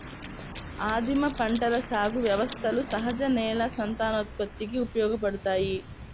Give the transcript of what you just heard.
ఆదిమ పంటల సాగు వ్యవస్థలు సహజ నేల సంతానోత్పత్తికి ఉపయోగపడతాయి